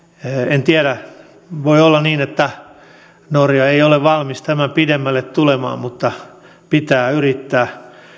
en tiedä voi olla niin että norja ei ole valmis tämän pidemmälle tulemaan mutta pitää yrittää